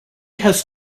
has